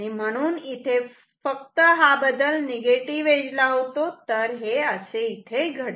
म्हणून इथे फक्त हा बदल निगेटीव्ह एज ला होतो तर हे असे घडते